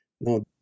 no